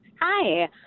Hi